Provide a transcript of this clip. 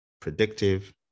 predictive